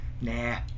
Nah